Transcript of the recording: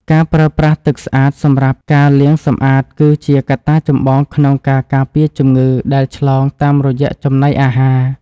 ការប្រើប្រាស់ទឹកស្អាតសម្រាប់ការលាងសម្អាតគឺជាកត្តាចម្បងក្នុងការការពារជំងឺដែលឆ្លងតាមរយៈចំណីអាហារ។